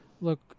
Look